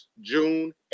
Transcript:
June